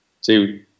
See